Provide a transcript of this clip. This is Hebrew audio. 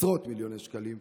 עשרות מיליוני שקלים,